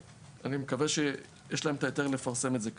אני מקווה שיש להם את ההיתר לפרסם את זה כאן.